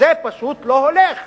זה פשוט לא הולך.